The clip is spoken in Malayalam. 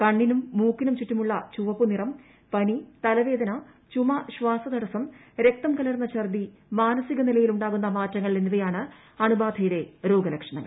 കണ്ണിനും മൂക്കിനും ചുറ്റുമുള്ള ചുവപ്പുനിറം പനിതലവേദന ചുമ ശാസതടസ്സം രക്തം കലർന്ന ച്ഛർദി മാനസിക നിലയിൽ ഉണ്ടാകുന്ന മാറ്റങ്ങൾ എന്നിവയാണ് അണുബാധയുടെ രോഗ ലക്ഷണങ്ങൾ